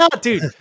dude